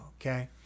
okay